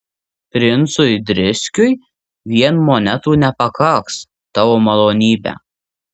princui driskiui vien monetų nepakaks tavo malonybe